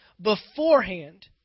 beforehand